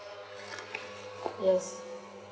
yes